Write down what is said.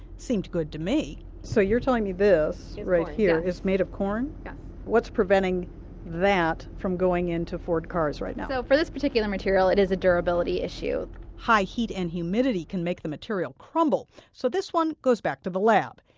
seemed good to me so you're telling me this, right here, is made of corn? yes what's preventing that from going into ford cars right now? so for this particular material, it is a durability issue high heat and humidity can make the material crumble. so, this one goes back to the lab.